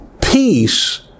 peace